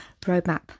roadmap